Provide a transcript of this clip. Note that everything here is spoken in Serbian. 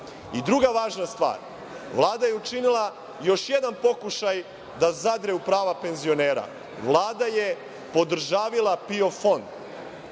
Vlade. Druga važna stvar, Vlada je učinila još jedan pokušaj da zadre u prava penzionera. Vlada je podržavila PIO fond,